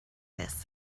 this